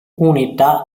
unità